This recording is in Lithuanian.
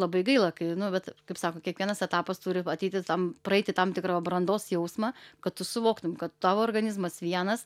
labai gaila kai nu vat kaip sako kiekvienas etapas turi ateiti tam praeiti tam tikrą brandos jausmą kad tu suvoktum kad tavo organizmas vienas